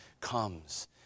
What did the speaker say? comes